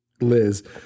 Liz